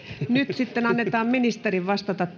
annetaan ministerin vastata